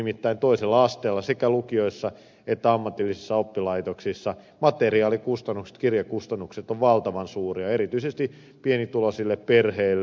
nimittäin toisella asteella sekä lukioissa että ammatillisissa oppilaitoksissa materiaalikustannukset kirjakustannukset ovat valtavan suuria erityisesti pienituloisille perheille